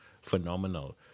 phenomenal